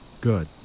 Good